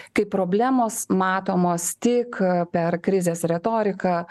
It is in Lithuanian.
kai problemos matomos tik per krizės retoriką